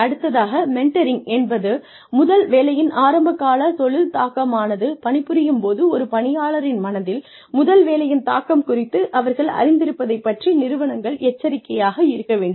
அடுத்ததாக மெண்டாரிங் என்பது முதல் வேலையின் ஆரம்பக்கால தொழில் தாக்கமானது பணிபுரியும் போது ஒரு பணியாளரின் மனதில் முதல் வேலையின் தாக்கம் குறித்து அவர்கள் அறிந்திருப்பதைப் பற்றி நிறுவனங்கள் எச்சரிக்கையாக இருக்க வேண்டும்